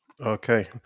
Okay